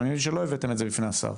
אני מבין שלא הבאתם את זה בפני השר.